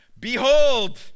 Behold